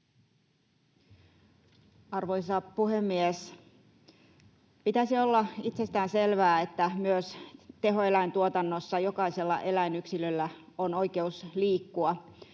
Arvoisa puhemies! Pitäisi olla itsestään selvää, että myös tehoeläintuotannossa jokaisella eläinyksilöllä on oikeus liikkua.